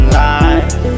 life